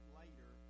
later